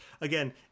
Again